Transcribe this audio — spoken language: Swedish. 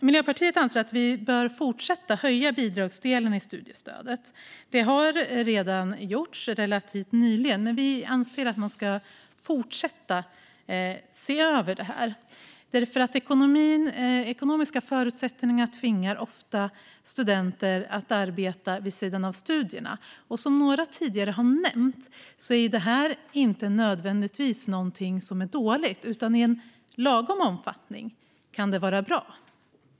Miljöpartiet anser att vi bör fortsätta att höja bidragsdelen i studiestödet. Det har redan gjorts relativt nyligen, men vi anser att man ska fortsätta att se över det. Ekonomiska förutsättningar tvingar nämligen ofta studenter att arbeta vid sidan av studierna. Och som några tidigare har nämnt är det inte nödvändigtvis något dåligt. I lagom omfattning kan det vara bra.